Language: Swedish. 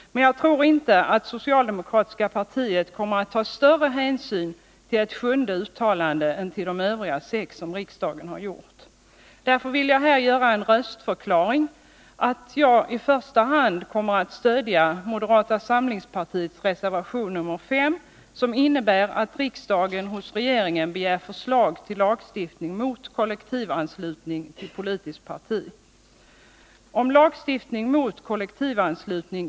Jag tror inte att socialdemokratiska partiet kommer att ta större hänsyn till ett sjunde uttalande än till de övriga sex som riksdagen har gjort. Därför vill jag göra en röstförklaring, att jag i första hand kommer att stödja moderata samlingspartiets reservation nr 5, som innebär att riksdagen hos regeringen begär förslag till lagstiftning mot kollektivanslutning till politiskt parti.